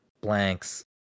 blanks